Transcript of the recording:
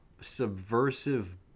subversive